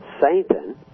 Satan